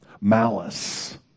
Malice